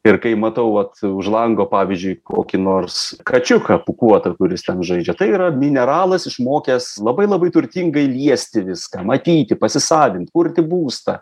ir kai matau vat už lango pavyzdžiui kokį nors kačiuką pūkuotą kuris ten žaidžia tai yra mineralas išmokęs labai labai turtingai liesti viską matyti pasisavint kurti būstą